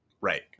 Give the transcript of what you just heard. Right